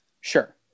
sure